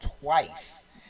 twice